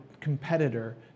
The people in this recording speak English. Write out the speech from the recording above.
competitor